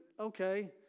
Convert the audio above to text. okay